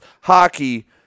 hockey